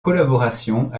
collaborations